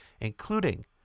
including